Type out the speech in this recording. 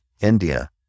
India